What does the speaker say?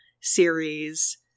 series